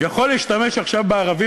יכול להשתמש עכשיו בערבים.